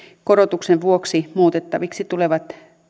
korotuksen vuoksi muutettaviksi tulevat